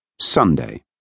Sunday